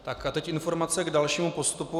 Tak a teď informace k dalšímu postupu.